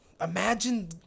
Imagine